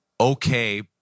okay